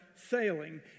Sailing